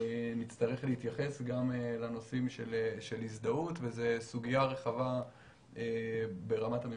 נצטרך להתייחס גם לנושאים של הזדהות וזאת סוגיה רחבה ברמת הממשלה.